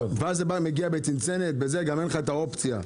דבש מגיע בצנצנת, גם אין לך האופציה.